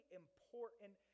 important